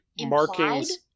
markings